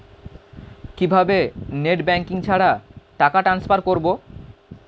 কিভাবে net banking ছাড়া টাকা টান্সফার করব?